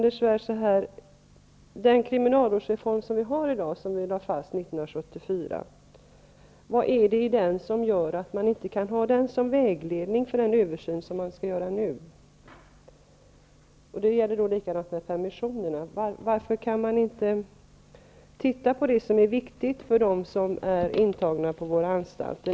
Den kriminalvårdsreform som vi i dag bygger på lades fast 1974. Varför kan man inte ha den som vägledning för den översyn som man skall göra nu? Detsamma gäller permissionerna. Varför kan man inte se över det som är viktigt för dem som är intagna på våra anstalter?